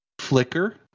flicker